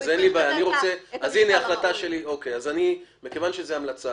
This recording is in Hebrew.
מכיוון שזו המלצה